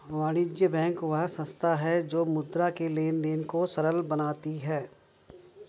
वाणिज्य बैंक वह संस्था है जो मुद्रा के लेंन देंन को सरल बनाती है